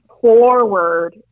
forward